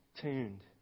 tuned